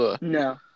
No